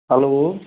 hello